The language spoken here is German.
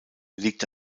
liegt